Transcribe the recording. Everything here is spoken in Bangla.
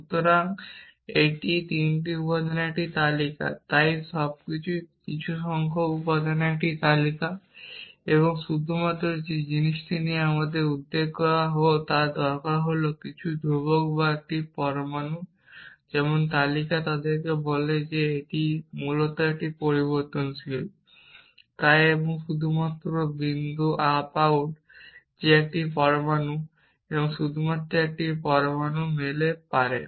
সুতরাং এটি 3টি উপাদানের একটি তালিকা তাই সবকিছুই কিছু সংখ্যক উপাদানের একটি তালিকা এবং শুধুমাত্র যে জিনিসটি নিয়ে আমাদের উদ্বিগ্ন হওয়া দরকার তা হল কিছু একটি ধ্রুবক বা একটি পরমাণু যেমন তালিকা লোকেরা বলে বা এটি মূলত একটি পরিবর্তনশীল তাই এবং শুধুমাত্র বিন্দু আপ আউট যে একটি পরমাণু শুধুমাত্র একটি পরমাণু মেলে পারে